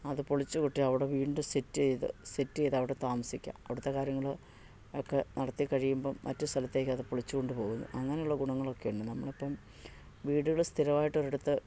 അത് പൊളിച്ചു കെട്ടി അവിടെ വീണ്ടും സെറ്റ് ചെയ്തു സെറ്റ് ചെയ്തു അവിടെ താമസിക്കാം അവിടത്തെ കാര്യങ്ങൾ ഒക്കെ നടത്തി കഴിയുമ്പം മറ്റു സ്ഥലത്തേക്ക് അത് പൊളിച്ചു കൊണ്ട് പോകുന്നു അങ്ങനെയുള്ള ഗുണങ്ങളൊക്കെ ഉണ്ട് നമ്മൾ ഇപ്പം വീടുകൾ സ്ഥിരമയിട്ട് ഒരിടത്ത്